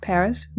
Paris